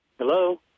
Hello